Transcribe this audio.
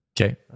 Okay